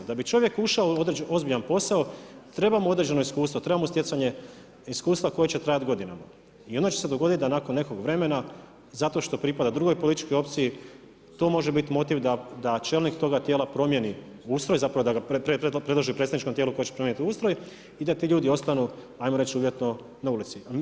Da bi čovjek ušao u ozbiljan posao treba mu određeno iskustvo, treba mu stjecanje iskustva koje će trajati godinama i onda će se dogoditi da nakon nekog vremena zato što propada drugoj političkoj opciji, to može biti motiv da čelnik toga tijela promijeni ustroj zapravo da ga predloži predstavničkom tijelu koje će promijeniti ustroj i da ti ljudi ostanu ajmo reći uvjetno na ulici.